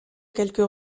quelques